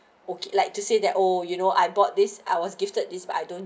okay like to say that oh you know I bought this I was gifted this but I don't